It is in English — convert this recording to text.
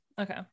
Okay